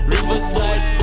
Riverside